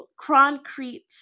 concrete